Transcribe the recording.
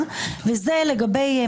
אלו מול אלו,